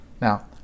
Now